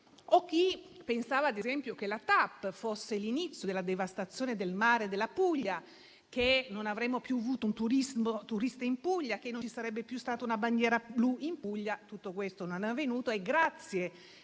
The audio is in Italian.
è chi pensava, ad esempio, che la TAP fosse l'inizio della devastazione del mare della Puglia, dove non avremmo più avuto turismo e non ci sarebbe più stata una bandiera blu. Tutto questo non è avvenuto